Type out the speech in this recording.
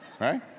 right